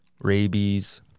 Rabies